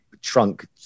trunk